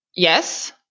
Yes